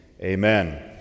amen